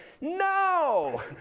no